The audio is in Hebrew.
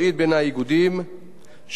מחוסנן הכלכלי של הרשויות.